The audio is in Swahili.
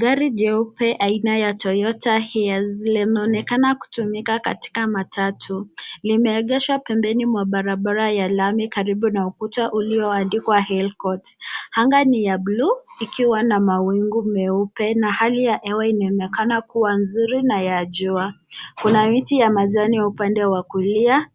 Gari jeupe aina ya Toyota Hiace linaonekana kutumika katika matatu. Limeegeshwa pembeni mwa barabara ya lami karibu na ukuta ulioandikwa Hill Court. Anga ni ya bluu ikiwa na mawingu meupe na hali ya hewa inaonekana kuwa nzuri na ya jua. Kuna miti ya majani upande wa kulia